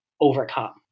overcome